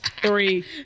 Three